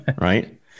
Right